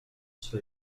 sur